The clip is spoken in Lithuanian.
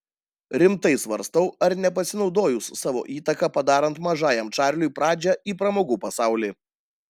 rimtai svarstau ar nepasinaudojus savo įtaka padarant mažajam čarliui pradžią į pramogų pasaulį